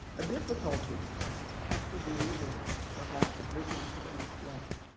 a difficulty has to do with perhaps bridging to the next level.